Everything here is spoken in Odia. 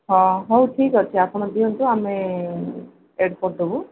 ହଁ ହଉ ଠିକ୍ ଅଛି ଆପଣ ଦିଅନ୍ତୁ ଆମେ ଆଡ଼୍ କରିଦେବୁ